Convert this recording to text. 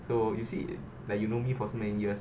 so you see like you know me for so many years